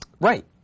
Right